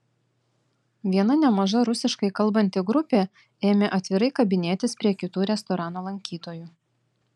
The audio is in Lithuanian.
viena nemaža rusiškai kalbanti grupė ėmė atvirai kabinėtis prie kitų restorano lankytojų